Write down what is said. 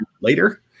later